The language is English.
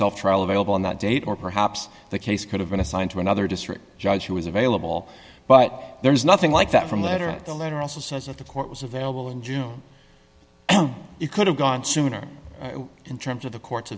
self trial available on that date or perhaps the case could have been assigned to another district judge who was available but there is nothing like that from the letter the letter also says of the court was available in june you could have gone sooner in terms of the court